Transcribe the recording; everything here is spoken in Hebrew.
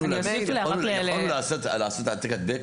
יכולנו לעשות העתק-הדבק